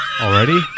Already